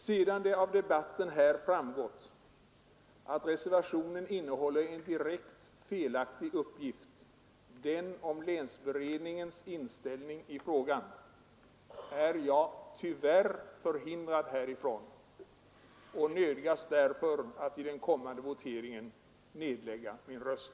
Sedan det av debatten här i dag framgått att reservationen innehåller en direkt felaktig uppgift, den om länsberedningens inställning i frågan, är jag emellertid tyvärr förhindrad att göra detta och nödgas i stället att vid den kommande voteringen nedlägga min röst.